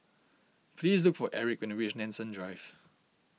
please look for Aric when you reach Nanson Drive